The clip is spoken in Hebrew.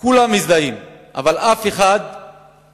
כולם מזדהים, אבל אף אחד לא